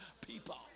people